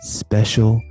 special